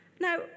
Now